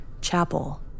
Chapel